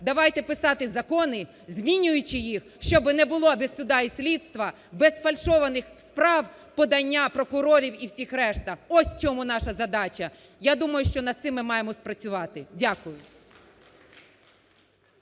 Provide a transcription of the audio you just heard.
Давайте писати закони, змінюючи їх, щоб не було без суду і слідства, без сфальшованих справ, подання прокурорів і всіх решта, ось в цьому наша задача, я думаю, що над цим ми маємо працювати. Дякую.